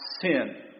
sin